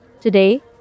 Today